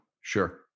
Sure